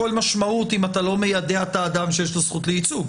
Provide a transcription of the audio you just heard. משמעות אם אתה לא מיידע את האדם שיש לו זכות לייצוג.